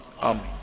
Amen